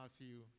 Matthew